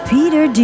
Peter